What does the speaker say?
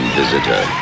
visitor